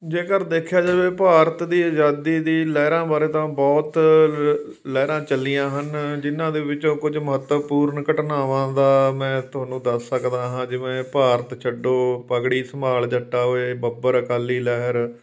ਜੇਕਰ ਦੇਖਿਆ ਜਾਵੇ ਭਾਰਤ ਦੀ ਆਜ਼ਾਦੀ ਦੀ ਲਹਿਰਾਂ ਬਾਰੇ ਤਾਂ ਬਹੁਤ ਲ਼ ਲਹਿਰਾਂ ਚੱਲੀਆਂ ਹਨ ਜਿੰਨਾਂ ਦੇ ਵਿੱਚੋਂ ਕੁਝ ਮਹੱਤਵਪੂਰਨ ਘਟਨਾਵਾਂ ਦਾ ਮੈਂ ਤੁਹਾਨੂੰ ਦੱਸ ਸਕਦਾ ਹਾਂ ਜਿਵੇਂ ਭਾਰਤ ਛੱਡੋ ਪੱਗੜੀ ਸੰਭਾਲ ਜੱਟਾ ਓਏ ਬੱਬਰ ਅਕਾਲੀ ਲਹਿਰ